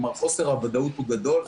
כלומר, חוסר הוודאות הוא גדול.